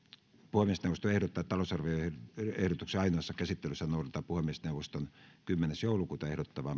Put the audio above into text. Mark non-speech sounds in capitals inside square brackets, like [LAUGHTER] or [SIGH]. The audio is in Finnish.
puhemiesneuvosto ehdottaa että talousarvioehdotuksen ainoassa käsittelyssä noudatetaan puhemiesneuvoston kymmenes kahdettatoista kaksituhattayhdeksäntoista ehdottamaa [UNINTELLIGIBLE]